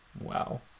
Wow